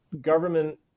government